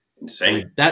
insane